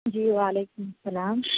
جی وعلیکم السّلام